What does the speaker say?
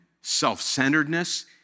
self-centeredness